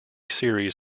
series